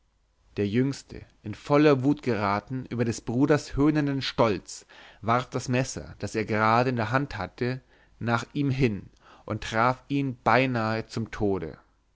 der jüngste in volle wut geraten über des bruders höhnenden stolz warf das messer das er gerade in der hand hatte nach ihm hin und traf ihn beinahe zum tode